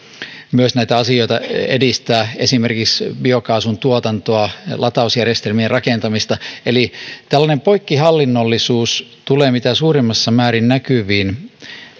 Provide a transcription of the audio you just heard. myös näitä asioita edistää esimerkiksi biokaasun tuotantoa latausjärjestelmien rakentamista eli tällainen poikkihallinnollisuus tulee mitä suurimmassa määrin näkyviin